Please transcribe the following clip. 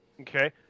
Okay